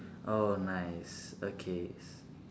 oh nice okay